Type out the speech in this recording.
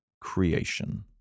creation